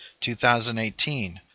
2018